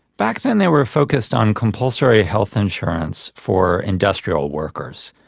back then they were focused on compulsory health insurance for industrial workers,